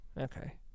Okay